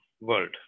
world